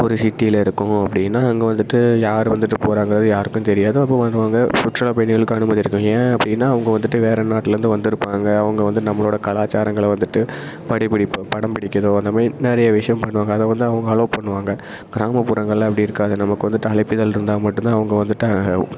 ஒரு சிட்டியில இருக்கோம் அப்படின்னா அங்கே வந்துட்டு யாரும் வந்துட்டு போறாங்கிறது யாருக்கும் தெரியாது அப்போ வருவாங்க சுற்றுலா பயணிகளுக்கு அனுமதி இருக்கும் ஏன் அப்படின்னா அவங்க வந்துட்டு வேறு நாட்டில இருந்து வந்திருப்பாங்க அவங்க வந்து நம்மளோடய கலாச்சாரங்களை வந்துட்டு படபிடிப்பு படம் பிடிக்கிறதோ அந்தமாதிரி நிறைய விஷயம் பண்ணுவாங்க அதைவந்து அவங்க அலோவ் பண்ணுவாங்க கிராமப்புறங்கள்ல அப்படி இருக்காது நமக்கு வந்து அழைப்பிதழ் இருந்தால் மட்டுந்தான் அவங்க வந்துட்டு